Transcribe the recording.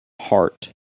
heart